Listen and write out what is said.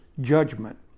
judgment